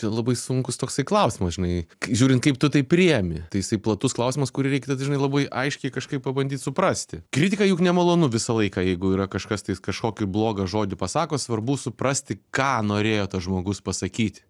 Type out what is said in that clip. tai labai sunkus toksai klausimas žinai žiūrint kaip tu tai priimi tai jisai platus klausimas kurį reikia tada žinai labai aiškiai kažkaip pabandyt suprasti kritika juk nemalonu visą laiką jeigu yra kažkas tai kažkokį blogą žodį pasako svarbu suprasti ką norėjo tas žmogus pasakyti